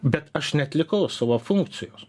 bet aš neatlikau savo funkcijos